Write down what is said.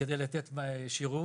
כדי לתת שירות.